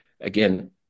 again